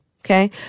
Okay